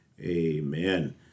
amen